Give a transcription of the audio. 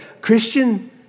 Christian